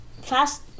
fast